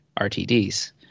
RTDs